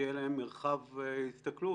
אפשר גם לומר אולי שינוי מרכזי אחד,